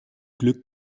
glück